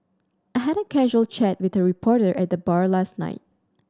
I had a casual chat with a reporter at the bar last night